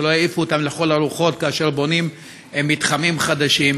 שלא יעיפו אותם לכל הרוחות כאשר בונים מתחמים חדשים,